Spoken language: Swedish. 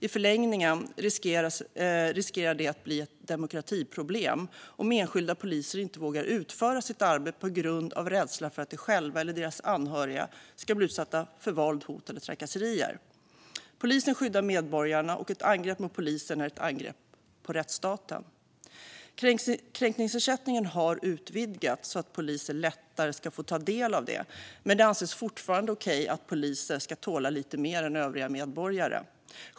I förlängningen riskerar det att bli ett demokratiproblem om enskilda poliser inte vågar utföra sitt arbete på grund av rädsla för att de själva eller deras anhöriga ska bli utsatta för våld, hot eller trakasserier. Polisen skyddar medborgarna, och ett angrepp mot polisen är ett angrepp på rättsstaten. Kränkningsersättningen har utvidgats så att poliser lättare ska få ta del av den, men det anses fortfarande att poliser ska tåla lite mer än övriga medborgare.